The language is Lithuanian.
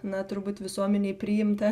na turbūt visuomenei priimta